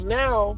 now